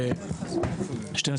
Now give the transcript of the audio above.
הישיבה ננעלה בשעה